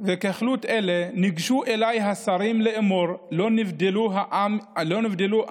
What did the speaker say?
"וככלות אלה נִגשו אלי השרים לאמֹר: לא נבדלו העם